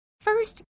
First